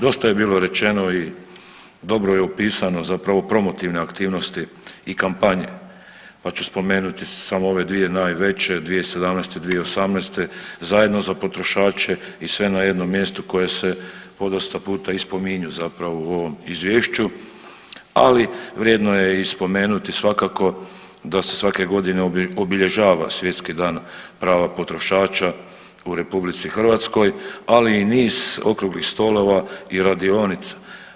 Dosta je bilo rečeno i dobro je upisano, zapravo promotivne aktivnosti i kampanje, pa ću spomenuti samo ove dvije najveće, 2017. i 2018., zajedno za potrošače i sve na jednom mjestu koje se podosta puta i spominju zapravo u ovom Izvješću, ali vrijedno je i spomenuti svakako da se svake godine obilježava Svjetski dan prava potrošača u RH, ali i niz okruglih stolova i radionica.